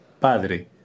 Padre